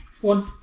One